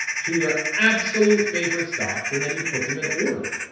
to your absolute favorite stocks, and then you put them in order.